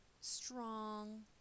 strong